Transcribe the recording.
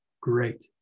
great